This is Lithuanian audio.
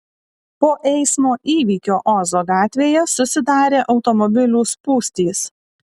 po eismo įvykio ozo gatvėje susidarė automobilių spūstys